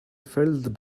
felt